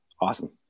awesome